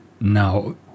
Now